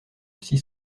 six